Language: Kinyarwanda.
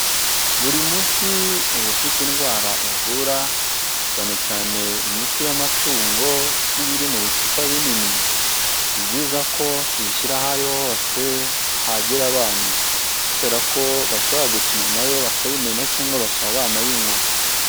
Buri muti uba ufite indwara uvura cyane cyane imiti y'amatungo iba iri mu bicupa binini, si byiza ko tuyishyira aho ari ho hose hagera abana, kubera ko bashobora gukina nayo bakayimena cyangwa bakaba banayinywa.